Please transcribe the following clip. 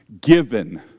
given